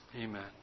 Amen